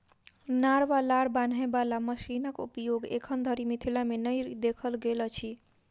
नार वा लार बान्हय बाला मशीनक उपयोग एखन धरि मिथिला मे नै देखल गेल अछि